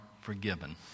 forgiven